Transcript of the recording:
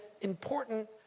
important